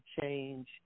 change